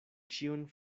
ĉion